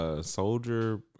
soldier